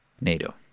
NATO